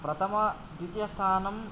प्रथम द्वितीय स्थानं